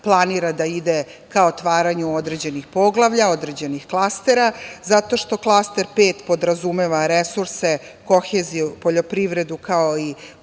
planira da ide ka otvaranju određenih poglavlja, određenih klastera, zato što klaster 5 podrazumeva resurse, koheziju, poljoprivredu, kao i